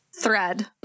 thread